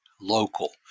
local